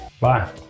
Bye